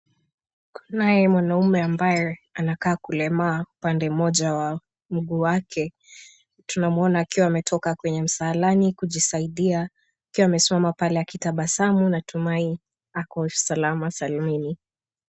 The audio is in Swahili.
Kunae mwanaume ambae anakaa kulemaa upande mmoja wa mguu wake. Tunamuona akiwa ametoka kwenye msalani kujisaidia akiwa amesimama pale akitabasamu natumai ako salama salimini.